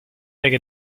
make